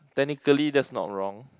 technically that's not wrong